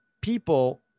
people